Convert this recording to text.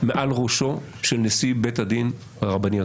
מעל ראשו של נשיא בית הדין הרבני הגדול.